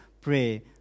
pray